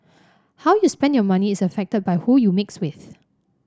how you spend your money is affected by who you mix with